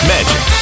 Magic